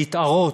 להתערות,